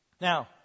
Now